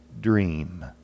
dream